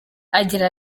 agira